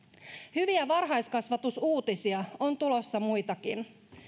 hyviä varhaiskasvatusuutisia on tulossa muitakin